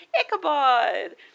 Ichabod